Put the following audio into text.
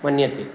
मन्यते